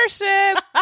Worship